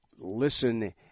listen